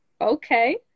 okay